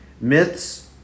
Myths